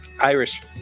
Irish